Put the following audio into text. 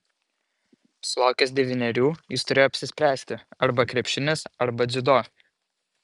sulaukęs devynerių jis turėjo apsispręsti arba krepšinis arba dziudo